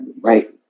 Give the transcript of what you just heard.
right